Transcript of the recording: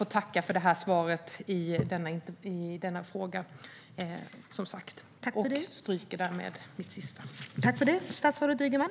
Jag tackar åter för svaret och avstår från mitt sista inlägg.